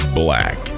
black